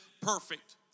perfect